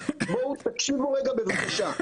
תקשיבו רגע בבקשה.